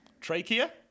Trachea